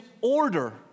order